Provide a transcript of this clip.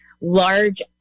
large